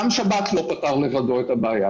גם שב"כ לא פתר לבדו את הבעיה,